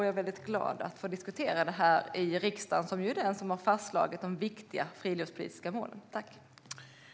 Jag är väldigt glad att få diskutera det här i riksdagen, som har fastslagit de viktiga friluftspolitiska målen. Svar på interpellationer